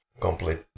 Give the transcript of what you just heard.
complete